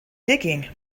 digging